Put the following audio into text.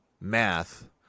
math